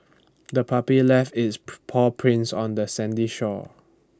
the puppy left its paw prints on the sandy shore